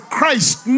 Christ